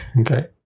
Okay